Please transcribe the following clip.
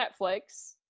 netflix